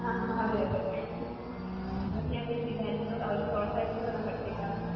ആ അതെ അതെ ഞാൻ പിന്നെ വിചാരിച്ചു അവർ പ്രോത്സാഹിപ്പിച്ചു തന്നാൽ പഠിച്ചേക്കാമെന്ന്